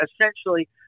essentially